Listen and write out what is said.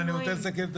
לסכם את